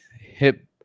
hip